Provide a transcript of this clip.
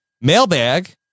mailbag